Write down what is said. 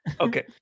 Okay